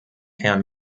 herren